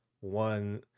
one